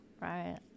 right